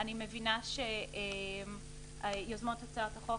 אני מבינה שיוזמות הצעת החוק,